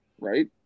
right